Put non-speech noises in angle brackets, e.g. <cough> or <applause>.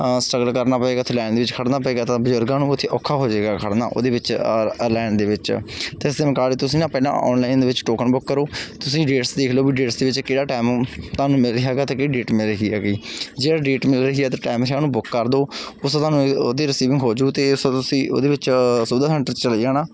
struggle ਕਰਨਾ ਪਏਗਾ ਉੱਥੇ ਲਾਇਨ ਦੇ ਵਿੱਚ ਖੜ੍ਹਨਾ ਪਏਗਾ ਤਾਂ ਬਜ਼ੁਰਗਾਂ ਨੂੰ ਵੀ ਔਖਾ ਹੋ ਜੇਗਾ ਖੜ੍ਹਨਾ ਉਹਦੇ ਵਿੱਚ ਲਾਇਨ ਦੇ ਵਿੱਚ ਅਤੇ ਅਸੀਂ <unintelligible> ਤੁਸੀਂ ਨਾ ਪਹਿਲਾਂ ਆਨਲਾਈਨ ਦੇ ਵਿੱਚ ਟੋਕਨ ਬੁਕ ਕਰੋ ਤੁਸੀਂ ਡੇਟਸ ਦੇਖ ਲਓ ਵੀ ਡੇਟਸ ਦੇ ਵਿੱਚ ਕਿਹੜਾ ਟਾਇਮ ਤੁਹਾਨੂੰ ਮਿਲ ਰਿਹਾ ਹੈਗਾ ਅਤੇ ਕਿਹੜੀ ਡੇਟ ਮਿਲ ਰਹੀ ਹੈਗੀ ਜਿਹੜਾ ਡੇਟ ਮਿਲ ਰਹੀ ਹੈ ਅਤੇ ਟਾਇਮ ਉਹਨੂੰ ਬੁੱਕ ਕਰਦੋ ਉਸ ਹਿਸਾਬ ਦੇ ਨਾਲ ਉਹਦੀ ਰਸੀਵਿੰਗ ਹੋਜੂ ਅਤੇ ਉਸਨੂੰ ਤੁਸੀਂ ਉਹਦੇ ਵਿੱਚ ਸੁਵਿਧਾ ਸੈਂਟਰ 'ਚ ਚਲੇ ਜਾਣਾ